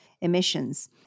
emissions